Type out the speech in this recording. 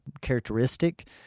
characteristic